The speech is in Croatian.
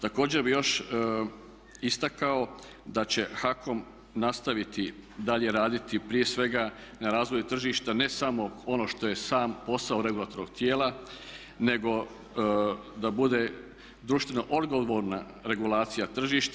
Također bih još istakao da će HAKOM nastaviti dalje raditi, prije svega na razvoju tržišta ne samo ono što je sam posao regulatornog tijela nego da bude društvena odgovorna regulacija tržišta.